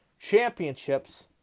championships